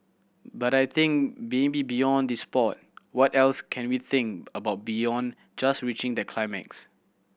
but I think maybe beyond the sport what else can we think about beyond just reaching the climax